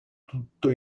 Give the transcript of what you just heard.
tutto